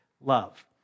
love